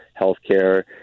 healthcare